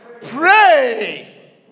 Pray